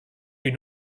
une